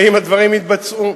האם הדברים יתבצעו?